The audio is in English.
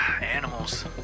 Animals